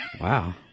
Wow